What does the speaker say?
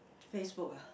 Facebook ah